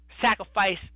sacrifice